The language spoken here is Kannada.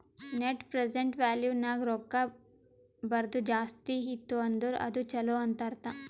ನೆಟ್ ಪ್ರೆಸೆಂಟ್ ವ್ಯಾಲೂ ನಾಗ್ ರೊಕ್ಕಾ ಬರದು ಜಾಸ್ತಿ ಇತ್ತು ಅಂದುರ್ ಅದು ಛಲೋ ಅಂತ್ ಅರ್ಥ